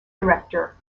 director